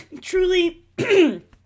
Truly